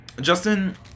Justin